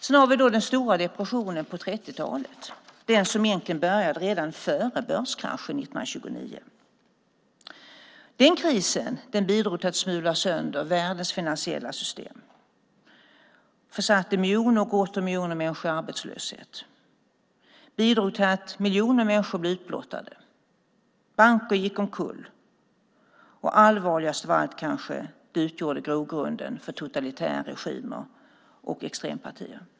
Sedan har vi den stora depressionen på 30-talet, den som egentligen började redan före börskraschen 1929. Den krisen bidrog till att smula sönder världens finansiella system och försatte miljoner och åter miljoner människor i arbetslöshet. Den bidrog till att miljoner människor blev utblottade och att banker gick omkull. Allvarligast var kanske att den utgjorde grogrund för totalitära regimer och extrempartier.